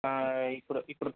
ఆ ఇప్పుడు ఇప్పుడు